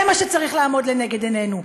זה מה שצריך לעמוד לנגד עינינו.